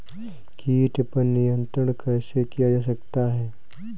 कीट पर नियंत्रण कैसे किया जा सकता है?